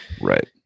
right